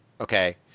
Okay